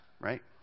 right